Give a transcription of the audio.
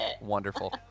Wonderful